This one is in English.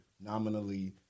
nominally